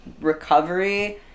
recovery